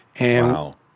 Wow